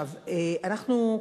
אנחנו,